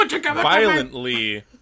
violently